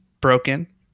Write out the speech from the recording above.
broken